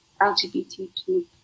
LGBTQ